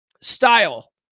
Style